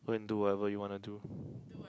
go and do whatever you wanna do